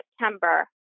September